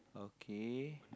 okay